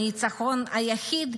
הניצחון היחיד,